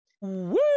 Woo